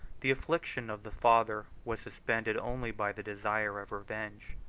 the affliction of the father was suspended only by the desire of revenge.